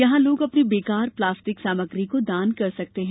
यहां लोग अपनी बेकार प्लास्टिक सामग्री को दान कर सकते हैं